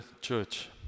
church